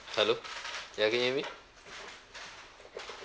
hello ya can hear me